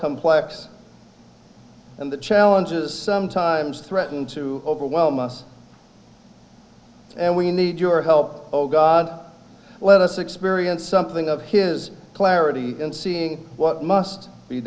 complex and the challenges sometimes threaten to overwhelm us and we need your help oh god let us experience something of his clarity in seeing what must be